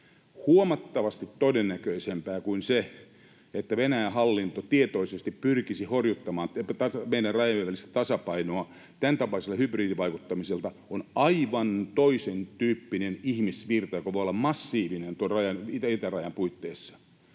Huomattavasti todennäköisempää kuin se, että Venäjän hallinto tietoisesti pyrkisi horjuttamaan meidän rajojen tasapainoa tämäntapaisella hybridivaikuttamisella, on se, että aivan toisentyyppinen ihmisvirta, joka voi olla massiivinen, on tuon itärajan puitteissa,